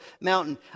mountain